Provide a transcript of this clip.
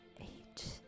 Eight